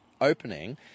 opening